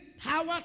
power